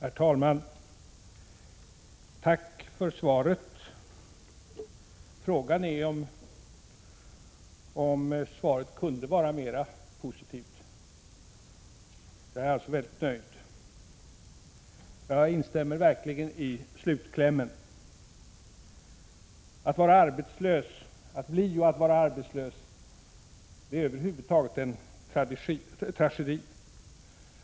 Herr talman! Tack för svaret! Frågan är om svaret kunde vara mer positivt. Jag är alltså mycket nöjd. Jag instämmer verkligen i slutklämmen. Att bli och att vara arbetslös är över huvud taget en tragedi.